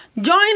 Join